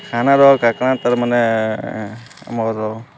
ଖାନାର କାକାଣା ତାର୍ମାନେ ଆମର୍